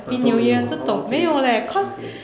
oh 都没有啊 oh okay okay